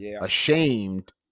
ashamed